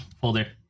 folder